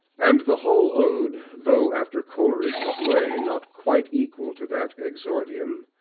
and the whole ode, though, after coleridge's way, not quite equal to that exordium,